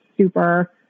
super